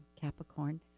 Capricorn